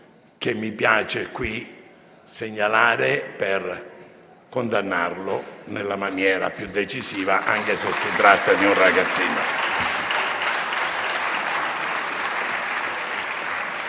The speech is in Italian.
che mi piace qui segnalare, per condannarlo nella maniera più decisiva, anche se posto in essere da un ragazzino.